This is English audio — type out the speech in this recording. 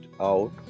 out